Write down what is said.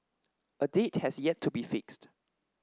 a date has yet to be fixed